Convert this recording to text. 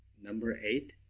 number eight,